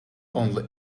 only